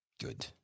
Good